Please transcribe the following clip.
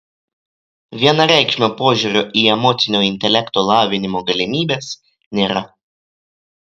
vienareikšmio požiūrio į emocinio intelekto lavinimo galimybes nėra